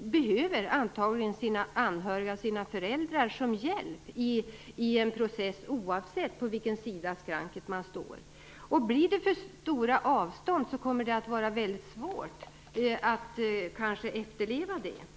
behöver antagligen sina anhöriga och sina föräldrar som hjälp i en process, oavsett på vilken sida skranket man står. Blir det för stora avstånd kommer det att vara mycket svårt att efterleva det.